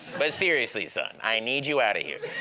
but seriously, son, i need you out of here.